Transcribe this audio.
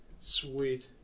Sweet